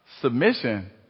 Submission